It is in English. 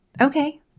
okay